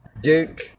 Duke